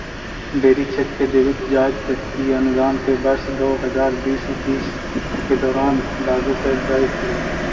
dairy क्षेत्र में देवित जाइत इ अनुदान के वर्ष दो हज़ार बीस इक्कीस के दौरान लागू कैल जाइत हइ